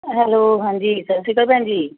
hello ਹਾਂਜੀ ਸਤਿ ਸ਼੍ਰੀ ਅਕਾਲ ਭੈਣ ਜੀ